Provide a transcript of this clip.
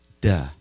Duh